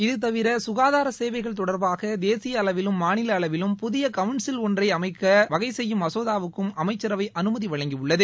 இது தவிர சுகாதார சேவைகள் தொடர்பாக தேசிய அளவிலும் மாநில அளவிலும் புதிய கவுன்சில் ஒன்றை அமைக்க வகை செய்யும் மசோதாவுக்கும் அமைச்சரவை அனுமதி வழங்கியுள்ளது